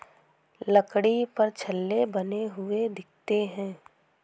लकड़ी पर छल्ले बने हुए दिखते हैं